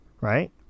Right